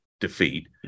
defeat